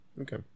Okay